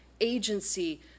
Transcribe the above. agency